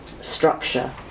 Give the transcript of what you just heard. structure